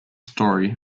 story